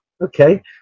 okay